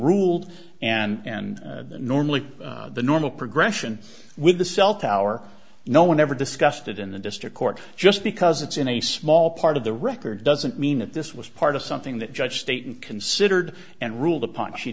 ed and normally the normal progression with the cell tower no one ever discussed it in the district court just because it's in a small part of the record doesn't mean that this was part of something that judge stated considered and ruled upon she